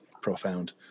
profound